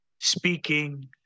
speaking